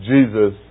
Jesus